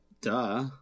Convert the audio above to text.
duh